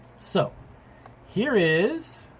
so here is